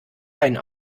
einen